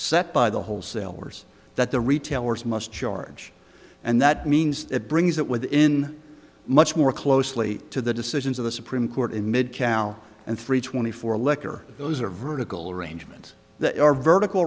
set by the wholesalers that the retailers must charge and that means it brings that within much more closely to the decisions of the supreme court in midtown and three twenty four liquor those are vertical arrangement